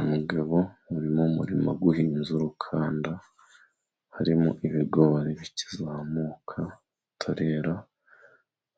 Umugabo uri mu murima uhinze urukanda, harimo ibigori bikizamuka bitarera,